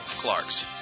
Clark's